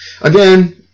again